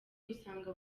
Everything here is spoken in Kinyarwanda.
usanga